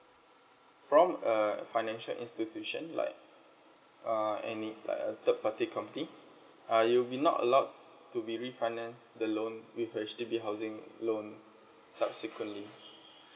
from a financial institution like uh any like a third party company uh it will be not allow to be refinance the loan with H_D_B housing loan subsequently